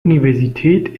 universität